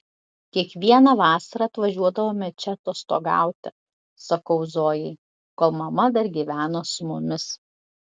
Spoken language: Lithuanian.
kiekvieną vasarą atvažiuodavome čia atostogauti sakau zojai kol mama dar gyveno su mumis